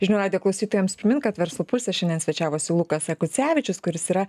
žinių radijo klausytojams primint kad verslo pulse šiandien svečiavosi lukas akucevičius kuris yra